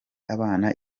abana